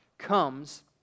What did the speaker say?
Comes